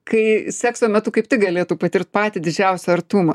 kai sekso metu kaip tik galėtų patirt patį didžiausią artumą